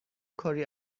کاری